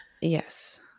Yes